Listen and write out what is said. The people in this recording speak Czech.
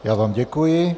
Já vám děkuji.